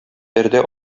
пәрдә